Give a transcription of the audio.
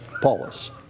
Paulus